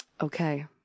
Okay